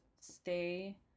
stay